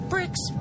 Bricks